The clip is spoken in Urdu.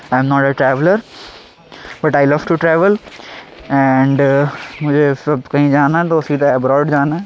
مجھے اس وقت کہیں جانا ہے تو سیدھا ابروڈ جانا ہے